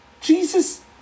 Jesus